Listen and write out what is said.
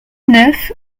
neuf